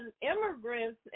immigrants